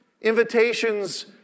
Invitations